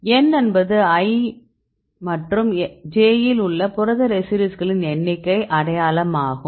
N என்பது i மற்றும் j இல் உள்ள புரத ரெசிடியூக்களின் எண்ணிக்கை அடையாளம் ஆகும்